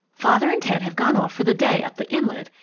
father and ted have gone off for the day up the inlet,